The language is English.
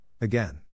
again